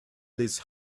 these